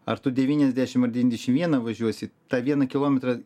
ar tu devyniasdešim ar devyniasdešim vieną važiuosi tą vieną kilometrą